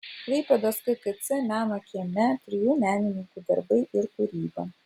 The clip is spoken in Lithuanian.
klaipėdos kkc meno kieme trijų menininkų darbai ir kūryba